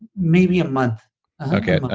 maybe a month okay. ah